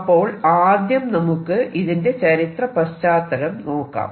അപ്പോൾ ആദ്യം നമുക്ക് ഇതിന്റെ ചരിത്ര പശ്ചാത്തലം നോക്കാം